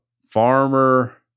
farmer